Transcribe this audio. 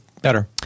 better